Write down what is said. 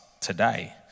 today